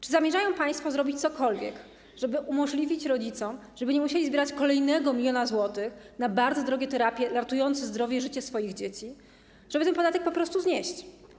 Czy zamierzają państwo zrobić cokolwiek, żeby umożliwić rodzicom, żeby nie musieli zbierać kolejnego miliona złotych na bardzo drogie terapie ratujące życie i zdrowie swoich dzieci, żeby ten podatek po prostu znieść?